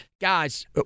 Guys